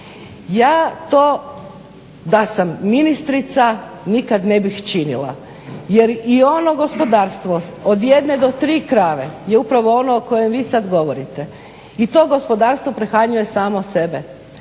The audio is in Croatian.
Ja to da sam ministrica nikad ne bih činila jer i ono gospodarstvo od jedne do tri krave je upravo ono o kojem vi sad govorite. I to gospodarstvo prehranjuje samo sebe.